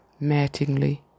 Mattingly